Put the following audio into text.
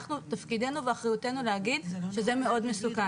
אנחנו תפקידנו ואחריותנו להגיד שזה מאוד מסוכן.